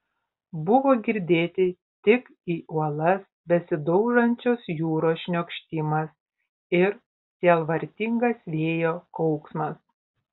buvo girdėti tik į uolas besidaužančios jūros šniokštimas ir sielvartingas vėjo kauksmas